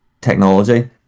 technology